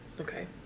Okay